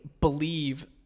believe